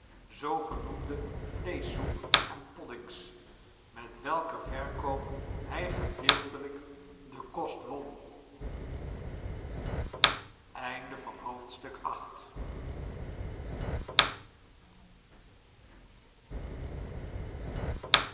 eetwaren zoogenoemde vleeschsoep en poddings met welker verkoop hij gedeeltelijk den kost won